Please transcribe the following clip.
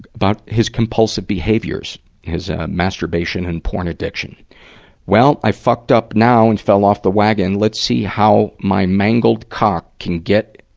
about his compulsive behaviors his, ah, masturbations and porn addiction well, i fucked up now and fell off the wagon. let's see how my mangled cock can get,